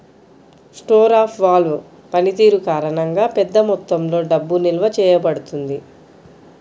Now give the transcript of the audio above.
store of value పనితీరు కారణంగా, పెద్ద మొత్తంలో డబ్బు నిల్వ చేయబడుతుంది